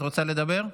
את רוצה לדבר?